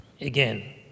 again